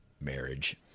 Marriage